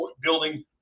building